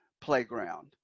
playground